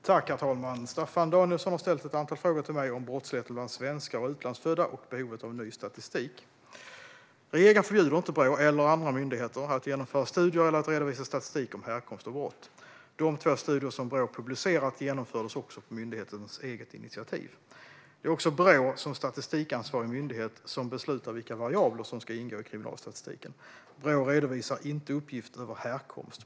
Herr talman! Staffan Danielsson har ställt ett antal frågor till mig om brottsligheten bland svenskar och utlandsfödda och behovet av ny statistik. Regeringen förbjuder inte Brå eller andra myndigheter att genomföra studier eller att redovisa statistik om härkomst och brott. De två studier som Brå publicerat genomfördes också på myndighetens eget initiativ. Det är också Brå, som statistikansvarig myndighet, som beslutar vilka variabler som ska ingå i kriminalstatistiken. Brå redovisar inte uppgifter över härkomst.